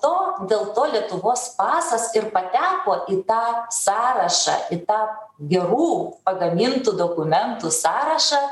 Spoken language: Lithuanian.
to dėl to lietuvos pasas ir pateko į tą sąrašą į tą gerų pagamintų dokumentų sąrašą